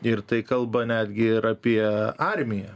ir tai kalba netgi ir apie armiją